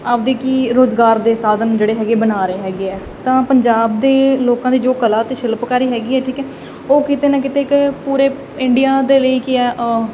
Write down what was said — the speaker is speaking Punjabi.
ਆਪਦੇ ਕੀ ਰੋਜ਼ਗਾਰ ਦੇ ਸਾਧਨ ਜਿਹੜੇ ਹੈਗੇ ਬਣਾ ਰਹੇ ਹੈਗੇ ਆ ਤਾਂ ਪੰਜਾਬ ਦੇ ਲੋਕਾਂ ਦੀ ਜੋ ਕਲਾ ਤੇ ਸ਼ਿਲਪਕਾਰੀ ਹੈਗੀ ਐ ਠੀਕ ਐ ਉਹ ਕਿਤੇ ਨਾ ਕਿਤੇ ਪੂਰੇ ਇੰਡੀਆ ਦੇ ਲਈ ਕਿ ਐ